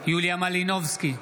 יוליה מלינובסקי,